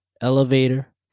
Elevator